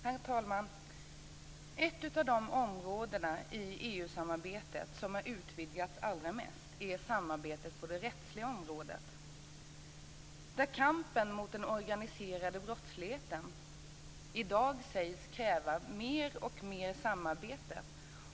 Herr talman! Ett av de områden i EU-samarbetet som har utvidgats allra mest är samarbetet på det rättsliga området, där kampen mot den organiserade brottsligheten i dag sägs kräva mer och mer samarbete.